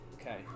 Okay